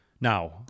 Now